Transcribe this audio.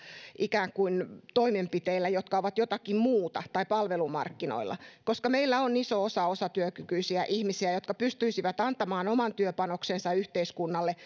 ikään kuin toimenpiteillä jotka ovat jotakin muuta tai palvelumarkkinoilla meillä on iso osa osatyökykyisiä ihmisiä jotka pystyisivät antamaan oman työpanoksensa yhteiskunnalle